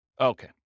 Okay